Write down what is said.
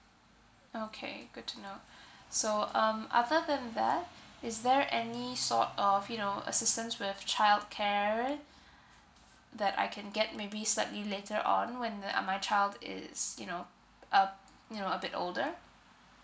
okay good to know so um after than that is there any sort of you know assistance with childcare that I can get maybe slightly later on when the ah my child is you know uh you know a bit older